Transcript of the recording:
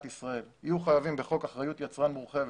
ישראל יהיו חייבים בחוק אחריות יצרן מורחבת,